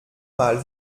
mal